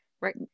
Right